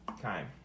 time